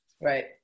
Right